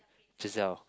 Giselle